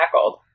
tackled